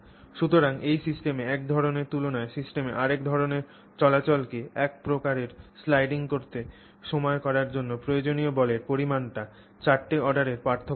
সুতরাং এই সিস্টেমে এক ধরণের তুলনায় সিস্টেমে আরেক ধরণের চলাচলকে এক প্রকারের স্লাইডিং করতে সক্ষম করার জন্য প্রয়োজনীয় বলের পরিমাণে চারটি অর্ডারের পার্থক্য থাকে